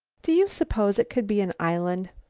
do you suppose it could be an island?